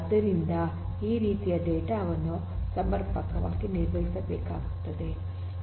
ಆದ್ದರಿಂದ ಈ ರೀತಿಯ ಡೇಟಾ ವನ್ನು ಸಮರ್ಪಕವಾಗಿ ನಿರ್ವಹಿಸಬೇಕಾಗುತ್ತದೆ